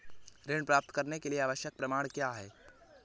ऋण प्राप्त करने के लिए आवश्यक प्रमाण क्या क्या हैं?